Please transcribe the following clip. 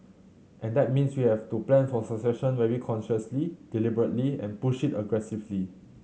and that means we have to plan for succession very consciously deliberately and push it aggressively